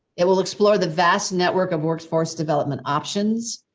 it will explore the vast network of workforce development options.